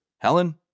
Helen